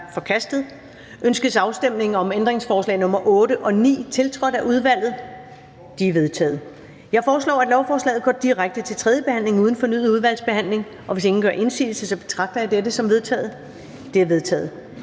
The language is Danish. Ønskes afstemning om ændringsforslag nr. 8 og 9, tiltrådt af udvalget? De er vedtaget. Jeg foreslår, at lovforslaget går direkte til tredje behandling uden fornyet udvalgsbehandling, og hvis ingen gør indsigelse, betragter jeg det som vedtaget. Det er vedtaget.